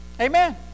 Amen